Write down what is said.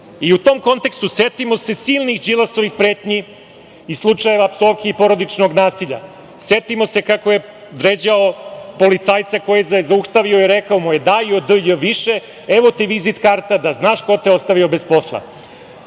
tom kontekstu setimo se silnih Đilasovih pretnji, iz slučajeva psovki i porodičnih nasilja. Setimo se kako je vređao policajca koji ga je zaustavio i rekao mu je, daj odj… više, evo ti vizit karta, da znaš ko te je ostavio bez